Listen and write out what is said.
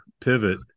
pivot